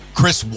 Chris